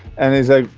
and he's like,